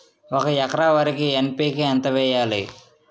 ఒక ఎకర వరికి ఎన్.పి కే ఎంత వేయాలి?